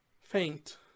faint